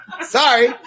Sorry